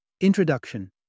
Introduction